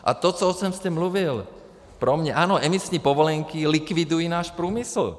A to, o čem jste mluvil pro mě ano, emisní povolenky likvidují náš průmysl.